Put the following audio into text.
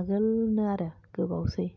आगोलनोआरो गोबावसै